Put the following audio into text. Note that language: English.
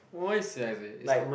why is is like